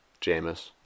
Jameis